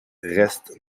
restent